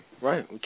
right